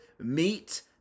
meat